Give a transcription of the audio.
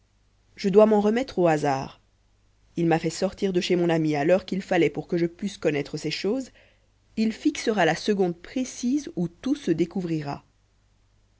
je dois m'en remettre au hasard il m'a fait sortir de chez mon ami à l'heure qu'il fallait pour que je pusse connaître ces choses il fixera la seconde précise où tout se découvrira